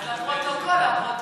אז לפרוטוקול.